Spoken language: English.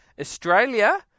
Australia